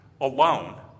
alone